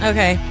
Okay